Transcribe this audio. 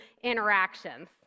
interactions